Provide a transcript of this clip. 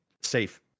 safe